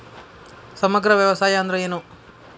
ಸಮಗ್ರ ವ್ಯವಸಾಯ ಅಂದ್ರ ಏನು?